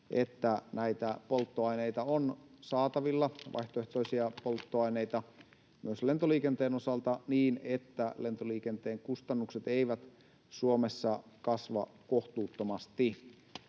että näitä vaihtoehtoisia polttoaineita on saatavilla myös lentoliikenteen osalta niin, että lentoliikenteen kustannukset eivät Suomessa kasva kohtuuttomasti.